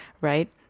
right